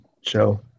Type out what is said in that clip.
show